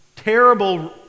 terrible